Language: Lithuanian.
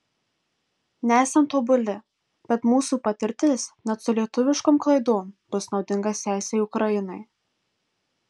nesam tobuli bet mūsų patirtis net su lietuviškom klaidom bus naudinga sesei ukrainai